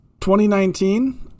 2019